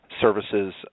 Services